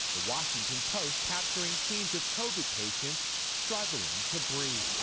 the washington post capturing scenes of covid patients struggling to breathe.